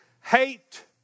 hate